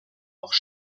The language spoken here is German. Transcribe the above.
auch